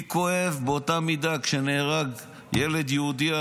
לי כואב באותה המידה כשנהרג ילד יהודי,